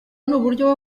n’uburyo